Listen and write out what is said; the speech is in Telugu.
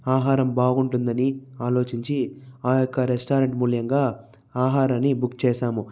ఆహారం బాగుంటుందని ఆలోచించి ఆ యొక్క రెస్టారెంట్ ముల్యంగా ఆహారాన్ని బుక్ చేసాము